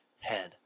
head